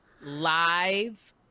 live